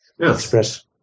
express